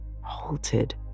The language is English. halted